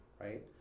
right